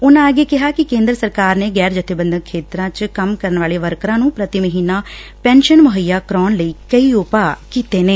ਉਨ੍ਹਾ ਅੱਗੇ ਕਿਹਾ ਕਿ ਕੇਂਦਰ ਸਰਕਾਰ ਨੇ ਗੈਰ ਜੱਬੇਬੰਦਕ ਖੇਤਰਾ ਚ ਵਰਕਰਾ ਨੂੰ ਪ੍ਰਤੀ ਮਹੀਨਾ ਪੈਨਸ਼ਨ ਮੁੱਹਈਆ ਕਰਾਉਣ ਲਈ ਕਈ ਉਪਾਅ ਕੀਤੇ ਨੇ